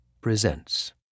presents